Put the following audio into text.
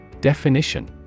DEFINITION